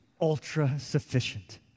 ultra-sufficient